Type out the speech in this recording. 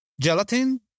gelatin